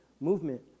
movement